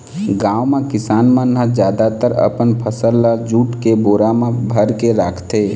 गाँव म किसान मन ह जादातर अपन फसल ल जूट के बोरा म भरके राखथे